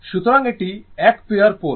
সুতরাং এটি এক পেয়ার পোল